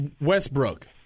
Westbrook